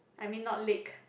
I mean not lake